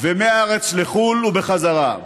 ומהארץ לחו"ל ובחזרה.